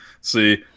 see